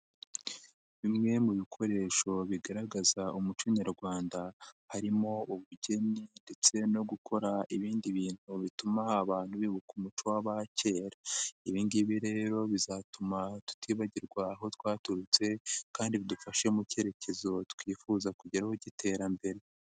Bimwe mu bikoresho bigaragaza umuco nyarwanda, harimo ubugeni ndetse no gukora ibindi bintu bituma abantu bibuka umuco w'abakera, ibi ngibi rero bizatuma tutibagirwa aho twaturutse kandi bidufashe mu cyerekezo twifuza kugeraho cy'iterambere.